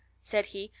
said he,